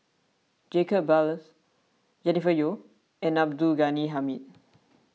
Jacob Ballas Jennifer Yeo and Abdul Ghani Hamid